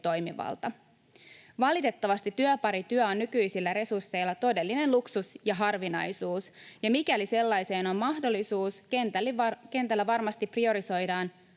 Valitettavasti työparityö on nykyisillä resursseilla todellinen luksus ja harvinaisuus, ja mikäli sellaiseen on mahdollisuus, kentällä varmasti priorisoidaan